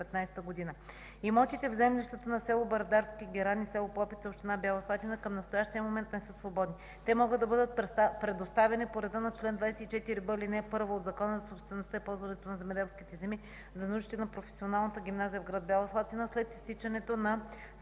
нуждите на професионалната гимназия в град Бяла Слатина, след изтичането на